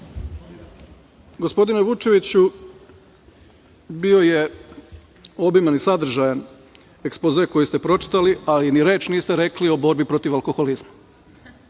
Gospodine Vučeviću, bio je obiman i sadržajan ekspoze koji ste pročitali, ali ni reč niste rekli o borbi protiv alkoholizma,